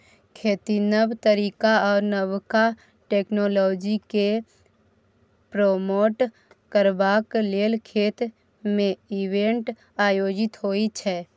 खेतीक नब तरीका आ नबका टेक्नोलॉजीकेँ प्रमोट करबाक लेल खेत मे इवेंट आयोजित होइ छै